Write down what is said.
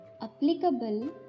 applicable